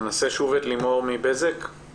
עו"ד לימור שופמן גוטמן, יושבת-ראש עמותת פרו